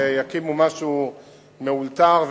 ויקימו משהו מאולתר?